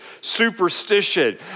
superstition